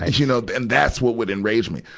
and you know. and that's what would enrage me.